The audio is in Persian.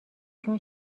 چون